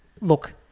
look